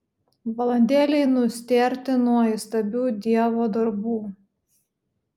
valandėlei nustėrti nuo įstabių dievo darbų